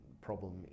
problem